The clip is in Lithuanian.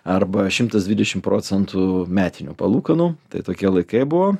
arba šimtas dvidešimt procentų metinių palūkanų tai tokie laikai buvo